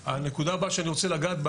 הנקודה הבאה שאני רוצה לגעת בה,